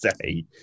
say